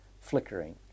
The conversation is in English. flickering